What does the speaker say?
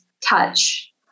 touch